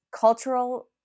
cultural